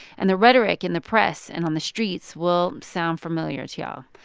and the rhetoric in the press and on the streets will sound familiar to y'all.